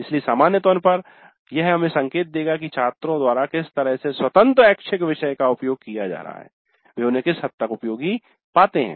इसलिए सामान्य तौर पर यह हमें एक संकेत देगा कि छात्रों द्वारा किस तरह से स्वतंत्र ऐच्छिक विषय का उपयोग किया जा रहा है वे उन्हें किस हद तक उपयोगी पाते हैं